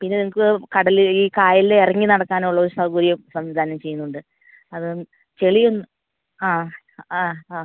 പിന്നെ നിങ്ങൾക്ക് കടൽ ഈ കായലിൽ ഇറങ്ങി നടക്കാനുള്ളൊരു സൗകര്യം സംവിധാനം ചെയ്യുന്നുണ്ട് അത് ചെളിയൊന്ന് ആ ആ ആ